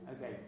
okay